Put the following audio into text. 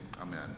amen